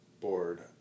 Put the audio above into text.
board